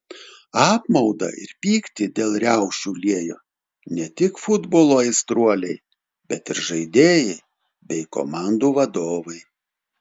apmaudą ir pyktį dėl riaušių liejo ne tik futbolo aistruoliai bet ir žaidėjai bei komandų vadovai